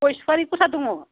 गय सुपारि गथा दङ